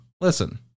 Listen